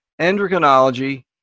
endocrinology